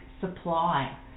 supply